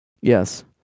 Yes